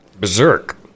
berserk